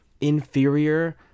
inferior